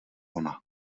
ona